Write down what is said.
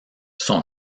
son